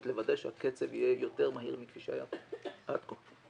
לוודא שהקצב יהיה יותר מהיר מכפי שהיה עד כה.